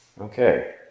Okay